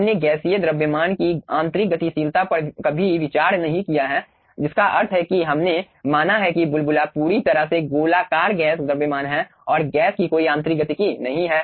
हमने गैसीय द्रव्यमान की आंतरिक गतिशीलता पर कभी विचार नहीं किया है जिसका अर्थ है कि हमने माना है कि बुलबुला पूरी तरह से गोलाकार गैस द्रव्यमान है और गैस की कोई आंतरिक गतिकी नहीं है